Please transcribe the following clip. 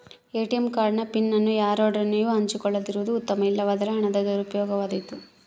ATM card ನ PIN ಅನ್ನು ಯಾರೊಡನೆಯೂ ಹಂಚಿಕೊಳ್ಳದಿರುವುದು ಉತ್ತಮ, ಇಲ್ಲವಾದರೆ ಹಣದ ದುರುಪಯೋಗವಾದೀತು